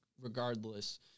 regardless